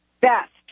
best